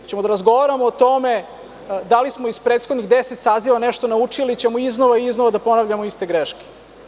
Hoćemo li da razgovaramo o tome da li smo iz prethodnih 10 saziva nešto naučili ili ćemo iznova i iznova da ponavljamo iste greške?